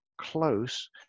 close